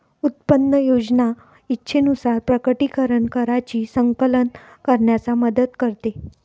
उत्पन्न योजना इच्छेनुसार प्रकटीकरण कराची संकलन करण्याला मदत करते